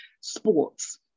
sports